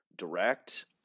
direct